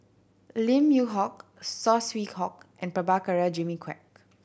Lim Yew Hock Saw Swee Hock and Prabhakara Jimmy Quek